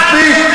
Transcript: מספיק.